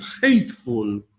hateful